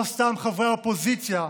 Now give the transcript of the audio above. לא סתם חברי האופוזיציה,